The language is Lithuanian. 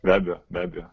be abejo be abejo